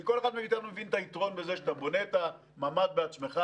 כי כל אחד מאיתנו מבין את היתרון בזה שאתה בונה את הממ"ד בעצמך,